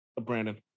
Brandon